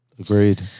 Agreed